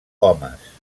homes